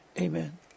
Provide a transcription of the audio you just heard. amen